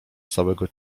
całego